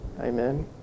Amen